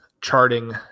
charting